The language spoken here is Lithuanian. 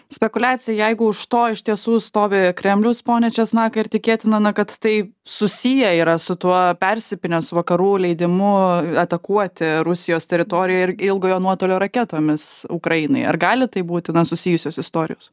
spekuliacija jeigu už to iš tiesų stovi kremliaus pone česnakai ar tikėtina na kad tai susiję yra su tuo persipynęs su vakarų leidimu atakuoti rusijos teritorijoj ir ilgojo nuotolio raketomis ukrainai ar gali tai būti na susijusios istorijos